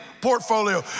portfolio